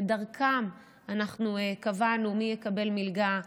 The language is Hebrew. ודרכם אנחנו קבענו מי יקבל מלגה,